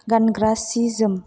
गानग्रा सि जोम